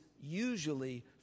usually